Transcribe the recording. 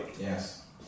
Yes